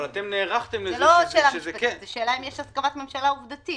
זו לא שאלה משפטית, זו שאלה עובדתית